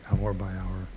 hour-by-hour